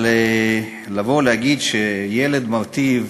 אבל לבוא להגיד שילד מרטיב,